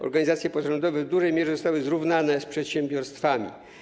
Organizacje pozarządowe w dużej mierze zostały zrównane z przedsiębiorstwami.